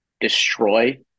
destroy